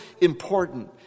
important